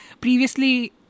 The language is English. previously